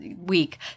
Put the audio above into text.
week